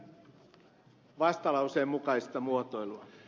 esitän vastalauseen mukaista muotoilua